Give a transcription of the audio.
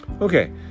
Okay